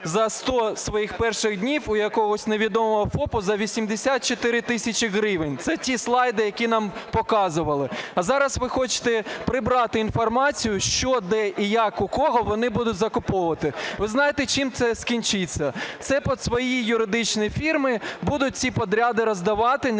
за 100 своїх перших днів у якогось невідомого ФОПа за 84 тисячі гривень. Це ті слайди, які нам показували. А зараз ви хочете прибрати інформацію, що, де, як, у кого вони будуть закуповувати. Ви знаєте, чим це скінчиться. Це під свої юридичні фірми будуть ці підряди роздавати